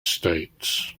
states